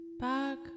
back